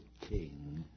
king